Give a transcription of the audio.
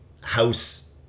house